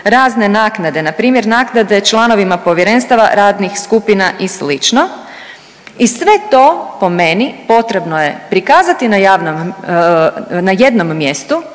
razne naknade, npr. naknade članovima povjerenstava, radnih skupina i sl. i sve to po meni potrebno je prikazati na javnom,